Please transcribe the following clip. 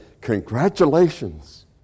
congratulations